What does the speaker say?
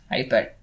iPad